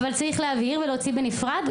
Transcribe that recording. אבל צריך להבהיר ולהוציא בנפרד,